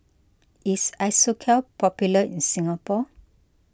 is Isocal popular in Singapore